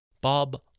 Bob